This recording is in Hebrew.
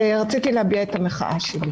רציתי להביע את המחאה שלי בתחום.